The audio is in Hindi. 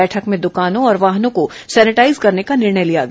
बैठक में द्कानों और वाहनों को सैनिटाईज करने का निर्णय लिया गया